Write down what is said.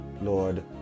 Lord